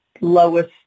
lowest